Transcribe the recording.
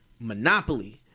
Monopoly